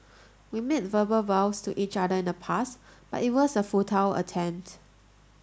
we made verbal vows to each other in the past but it was a futile attempt